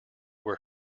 where